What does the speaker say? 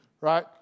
Right